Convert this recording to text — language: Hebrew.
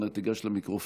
אנא גש למיקרופון,